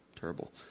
Terrible